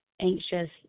anxious